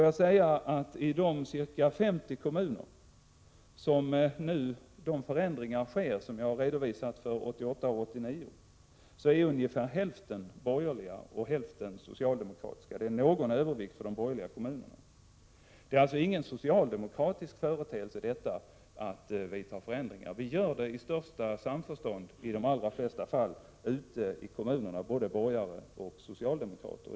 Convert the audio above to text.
Av ca 50 kommuner, där de förändringar som jag har redovisat för 1988-1989 nu sker, är ungefär hälften borgerliga och hälften socialdemokratiska. Det är någon övervikt för de borgerliga kommunerna. Det är alltså ingen socialdemokratisk företeelse att vidta förändringar. Vi gör det i de allra flesta fall i största samförstånd ute i kommunerna, både borgare och socialdemokrater.